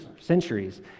centuries